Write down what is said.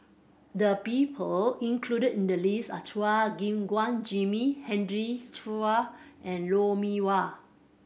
the people included in the list are Chua Gim Guan Jimmy Henry Chia and Lou Mee Wah